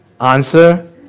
answer